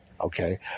Okay